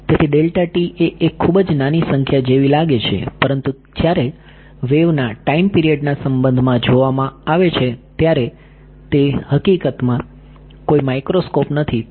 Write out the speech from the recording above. તેથી એ એક ખૂબ જ નાની સંખ્યા જેવી લાગે છે પરંતુ જ્યારે વેવના ટાઈમ પિરિયડના સંબંધમાં જોવામાં આવે છે ત્યારે તે હકીકતમાં કોઈ માઇક્રોસ્કોપ નથી